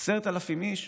10,000 יהודים,